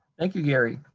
thank you, gary.